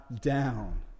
down